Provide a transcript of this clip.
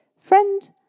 friend